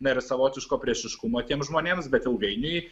na ir savotiško priešiškumo tiems žmonėms bet ilgainiui